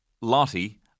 Lottie